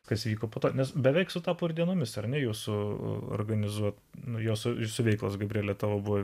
kas vyko po to nes beveik sutapo ir dienomis ar ne jūsų organizuoti naujos veiklos gabriele tavo